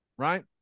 right